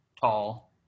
tall